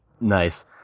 Nice